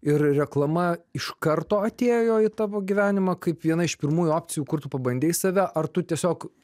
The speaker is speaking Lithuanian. ir reklama iš karto atėjo į tavo gyvenimą kaip viena iš pirmųjų opcijų kur tu pabandei save ar tu tiesiog